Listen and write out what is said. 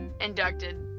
inducted